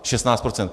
Šestnáct procent.